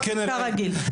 כרגיל.